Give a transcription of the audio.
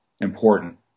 important